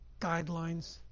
guidelines